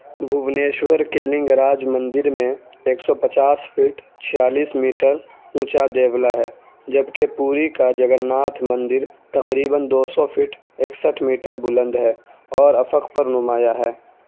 بھونیشور کے لنگ راج مندر میں ایک سو پچاس فٹ چھیالیس میٹر اونچا دیولہ ہے جبکہ پوری کا جگن ناتھ مندر تقریباً دو سو فٹ اکسٹھ میٹر بلند ہے اور افق پر نمایاں ہے